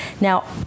Now